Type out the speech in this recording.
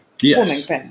Yes